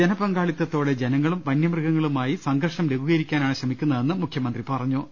ജനപങ്കാളിത്തത്തോടെ ജനങ്ങളും വന്യമൃഗങ്ങളുമായി സംഘർഷം ലഘൂ കരിക്കാനാണ് ശ്രമിക്കുന്നതെന്ന് മുഖ്യമന്ത്രി പറഞ്ഞു